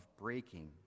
breaking